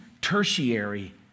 tertiary